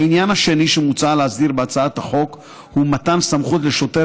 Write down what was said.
העניין השני שמוצע להסדיר בהצעת החוק הוא מתן סמכות לשוטר